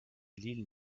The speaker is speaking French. lille